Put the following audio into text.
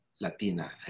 Latina